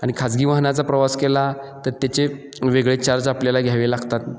आणि खाजगी वाहनाचा प्रवास केला तर त्याचे वेगळे चार्ज आपल्याला घ्यावे लागतात